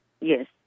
Yes